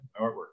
artwork